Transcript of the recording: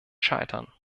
scheitern